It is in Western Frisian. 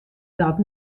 dat